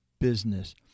business